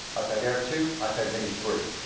ipad air two, ipad mini three.